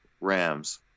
Rams